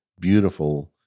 beautiful